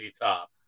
Top